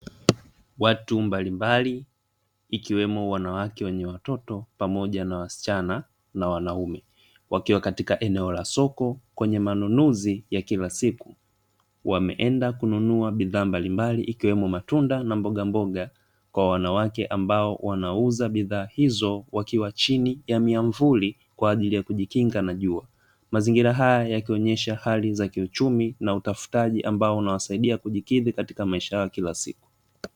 Watu mbalimbali ikiwemo wanawake wenye watoto pamoja na wasichana na wanaume wakiwa katika eneo la soko kwenye manunuzi ya kila siku wameenda kununua bidhaa mbalimbali ikiwemo matunda na mbogamboga kwa wanawake ambao wanauza bidhaa hizo wakiwa chini ya miamvuli kwa ajili ya kujikinga na jua, mazingira haya yakionyesha hali za kiuchumi na utafutaji ambao unawasaidia kujikidhi katika maisha yao kila siku.